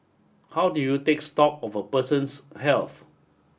how do you take stock of a person's health